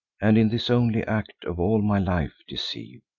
and in this only act of all my life deceive.